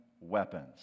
weapons